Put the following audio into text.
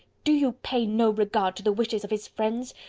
do you pay no regard to the wishes of his friends?